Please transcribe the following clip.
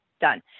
done